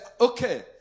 okay